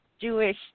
Jewish